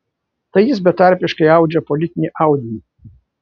tai jis betarpiškai audžia politinį audinį